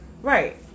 Right